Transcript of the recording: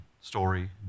story